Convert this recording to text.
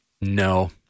No